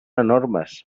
enormes